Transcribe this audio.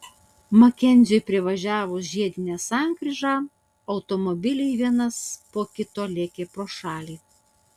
makenziui privažiavus žiedinę sankryžą automobiliai vienas po kito lėkė pro šalį